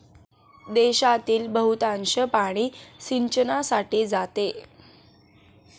देशातील बहुतांश पाणी सिंचनासाठी जाते